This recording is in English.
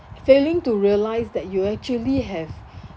failing to realise that you actually have